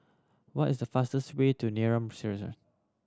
what is the fastest way to Neram